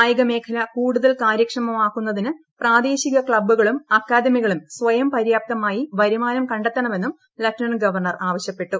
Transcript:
കായിക മേഖല കൂടുതൽ കാര്യക്ഷമമാക്കുന്നതിന് പ്രാദേശിക ക്ലബ്ബുകളും അക്കാദമികളും സ്വയം പര്യാപ്തമായി വരുമാനം കത്തെണമെന്നും ലഫ്റ്റനന്റ് ഗവർണർ ആവശ്യപ്പെട്ടു